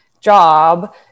job